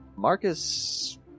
Marcus